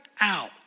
out